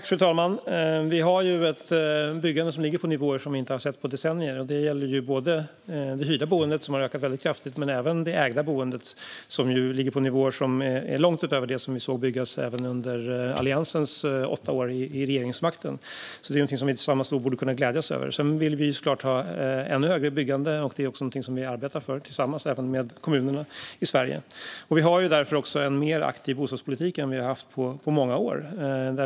Fru talman! Vi har ett byggande som ligger på nivåer som vi inte har sett på decennier. Det gäller det hyrda boendet, som har ökat väldigt kraftigt. Det gäller även det ägda boendet, som ligger på nivåer som är långt utöver det som vi såg byggas även under Alliansens åtta år vid regeringsmakten. Det är någonting som vi tillsammans borde kunna glädjas över. Vi vill såklart ha ännu högre byggande, och detta är också något som vi arbetar för, även tillsammans med kommunerna i Sverige. Därför har vi en mer aktiv bostadspolitik än vi har haft på många år.